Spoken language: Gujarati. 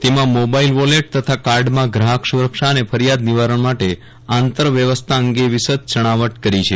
તેમાં મોબાઇલ વોલેટ તથા કાર્ડમાં ગ્રાહક સુરક્ષા અને ફરિયાદ નિવારણ માટે આંતરવ્યવસ્થા અંગે વિશદ છણાવટ કરી છે